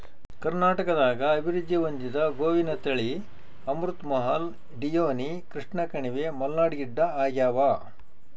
ಕರ್ನಾಟಕದಾಗ ಅಭಿವೃದ್ಧಿ ಹೊಂದಿದ ಗೋವಿನ ತಳಿ ಅಮೃತ್ ಮಹಲ್ ಡಿಯೋನಿ ಕೃಷ್ಣಕಣಿವೆ ಮಲ್ನಾಡ್ ಗಿಡ್ಡಆಗ್ಯಾವ